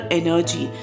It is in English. energy